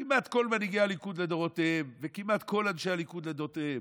כמעט כל מנהיגי הליכוד לדורותיהם וכמעט כל אנשי הליכוד לדורותיהם: